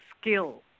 skill